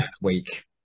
week